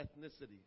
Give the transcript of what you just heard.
ethnicity